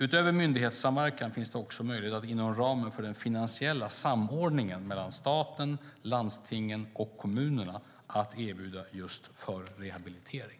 Utöver myndighetssamverkan finns det också möjlighet att inom ramen för den finansiella samordningen mellan staten, landstingen och kommunerna erbjuda just förrehabilitering.